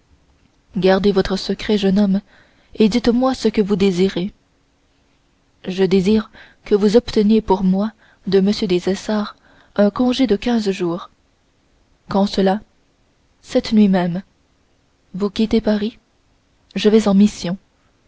gardez votre secret jeune homme et dites-moi ce que vous désirez je désire que vous obteniez pour moi de m des essarts un congé de quinze jours quand cela cette nuit même vous quittez paris je vais en mission